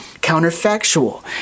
counterfactual